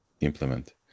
implement